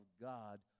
God